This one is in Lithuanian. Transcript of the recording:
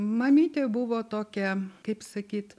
mamytė buvo tokia kaip sakyt